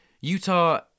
Utah